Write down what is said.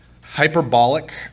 hyperbolic